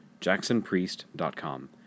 jacksonpriest.com